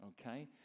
okay